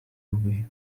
movie